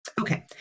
Okay